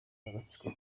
n’agatsiko